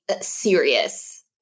serious